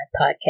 podcast